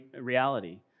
reality